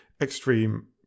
extreme